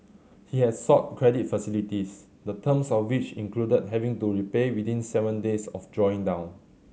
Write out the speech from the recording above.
he had sought credit facilities the terms of which included having to repay within seven days of drawing down